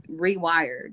rewired